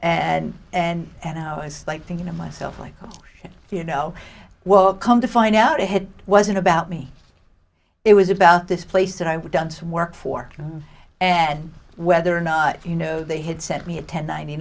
and and and i was like thinking to myself like you know well come to find out it wasn't about me it was about this place that i would done some work for and whether or not you know they had sent me a ten ninety